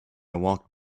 walked